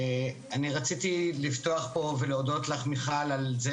רציתי לפתוח ולהודות לך מיכל על זה